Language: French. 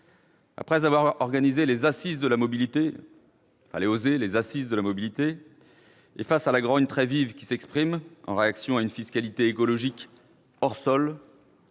Après avoir organisé les « assises de la mobilité »- il fallait oser -, et face à la grogne très vive qui s'exprime en réaction à une fiscalité écologique hors sol,